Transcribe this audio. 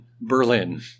Berlin